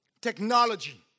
Technology